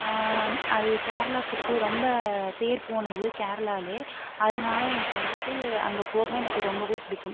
அது கேரளா புட்டு ரொம்ப பேர் போனது கேரளாவிலே அதனால் எனக்கு வந்துட்டு அங்கே போக எனக்கு ரொம்பவே பிடிக்கும்